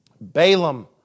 Balaam